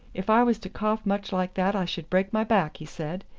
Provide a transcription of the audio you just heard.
if i was to cough much like that i should break my back, he said,